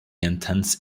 intense